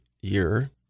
year